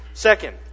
Second